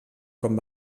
quan